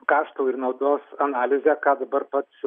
kaštų ir naudos analizė ką dabar pats